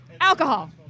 Alcohol